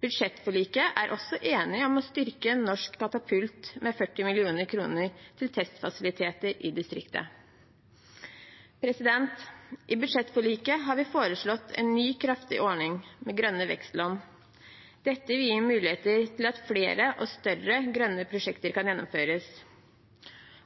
Budsjettforliket inneholder også en enighet om å styrke Norsk katapult med 40 mill. kr til testfasiliteter i distriktet. I budsjettforliket har vi foreslått en ny, kraftig ordning med grønne vekstlån. Dette vil gi muligheter til at flere og større grønne prosjekter kan gjennomføres.